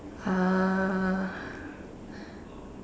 uh